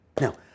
Now